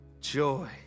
joy